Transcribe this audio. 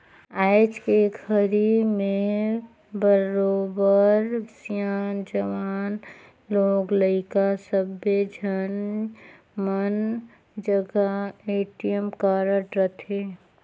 आयज के घरी में बरोबर सियान, जवान, लोग लइका सब्बे झन मन जघा ए.टी.एम कारड रथे